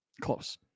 Close